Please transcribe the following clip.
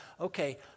okay